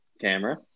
camera